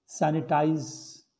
sanitize